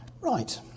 Right